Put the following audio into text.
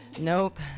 Nope